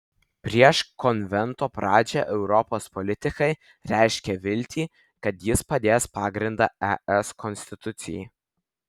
prieš konvento pradžią europos politikai reiškė viltį kad jis padės pagrindą es konstitucijai